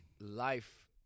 life –